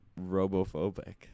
robophobic